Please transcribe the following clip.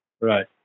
Right